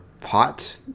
pot